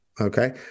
okay